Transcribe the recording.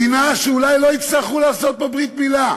מדינה שאולי לא יצטרכו לעשות בה ברית-מילה.